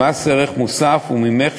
הצעת חוק זו נועדה למעשה לאפשר את קיומם של